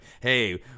hey